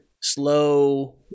slow